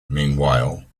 meanwhile